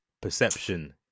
Perception